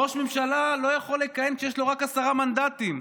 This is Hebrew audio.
ראש ממשלה לא יכול לכהן כשיש לו רק עשרה מנדטים.